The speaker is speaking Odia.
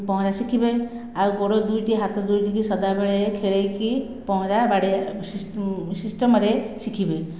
ପହଁରା ଶିଖିବେ ଆଉ ଗୋଡ଼ ଦୁଇଟି ହାତ ଦୁଇଟିକି ସଦାବେଳେ ଖେଳେଇକି ପହଁରା ବାଡ଼େଇବା ସିଷ୍ଟମରେ ଶିଖିବେ